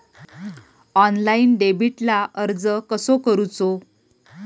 Online डेबिटला अर्ज कसो करूचो?